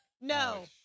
No